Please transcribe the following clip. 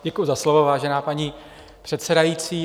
Děkuji za slovo, vážená paní předsedající.